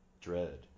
Dread